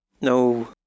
No